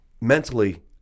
mentally